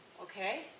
okay